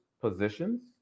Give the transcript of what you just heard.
positions